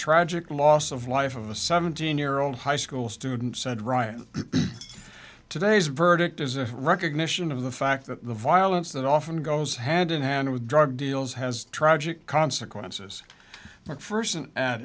tragic loss of life of a seventeen year old high school student said ryan today's verdict is a recognition of the fact that the violence that often goes hand in hand with drug deals has tragic consequences mcpherson